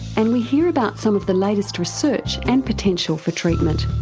and we hear about some of the latest research and potential for treatment.